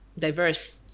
diverse